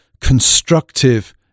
constructive